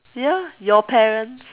ya your parents